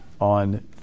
on